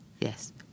yes